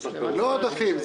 זה עודפים.